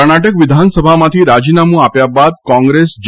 કર્ણાટક વિધાનસભામાંથી રાજીનામુ આપ્યા બાદ કોંગ્રેસ જે